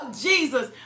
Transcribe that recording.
Jesus